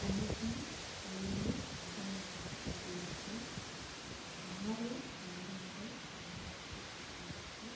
அஞ்சு ஏழு ரெண்டாயிரத்து பதினெட்டு ஆறு பன்னிரெண்டு ரெண்டாயிரத்து பத்தொன்பது